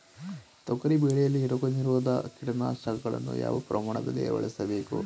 ತೊಗರಿ ಬೆಳೆಯಲ್ಲಿ ರೋಗನಿರೋಧ ಕೀಟನಾಶಕಗಳನ್ನು ಯಾವ ಪ್ರಮಾಣದಲ್ಲಿ ಬಳಸಬೇಕು?